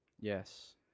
Yes